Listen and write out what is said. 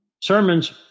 sermons